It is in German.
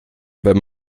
wenn